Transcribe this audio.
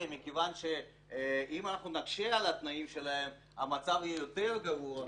מכיוון שאם אנחנו נקשה על התנאים שלהם המצב יהיה יותר גרוע.